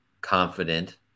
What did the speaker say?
confident